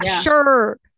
sure